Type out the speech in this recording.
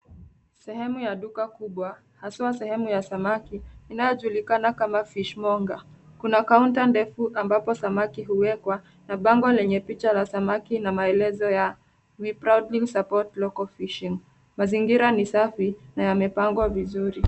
Sehemu ya duka kubwa haswa sehemu ya samaki inayojulikana kama Fishmonger . Kuna kaunta ndefu ambapo samaki huwekwa na bango lenye picha ya samaki na maelezo ya we proudly support local fishing . Mazingira ni safi na yamepangwa vizuri.